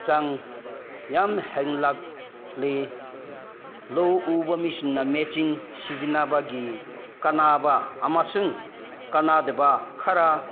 ꯆꯥꯡ ꯌꯥꯝꯅ ꯍꯦꯜꯂꯛꯂꯤ ꯂꯧ ꯎꯕ ꯃꯤꯁꯤꯡꯅ ꯃꯦꯆꯤꯟ ꯁꯤꯖꯤꯟꯅꯕꯒꯤ ꯀꯥꯟꯅꯕ ꯑꯃꯁꯨꯡ ꯀꯥꯟꯅꯗꯕ ꯈꯔ